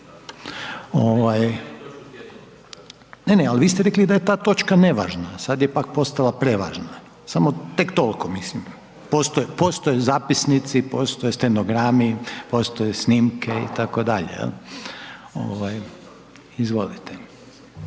ne, ne, al vi ste rekli da je ta točka nevažna, sad je pak postala prevažna, samo tek tolko mislim. Postoje, postoje zapisnici, postoje stenogrami, postoje snimke itd. jel, ovaj, izvolite.